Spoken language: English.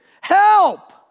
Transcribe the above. Help